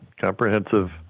Comprehensive